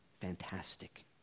fantastic